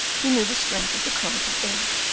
he knew the strength of the current of air,